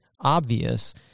obvious